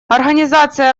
организация